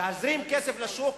להזרים כסף לשוק,